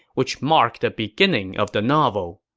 which marked the beginning of the novel.